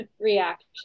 reaction